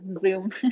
Zoom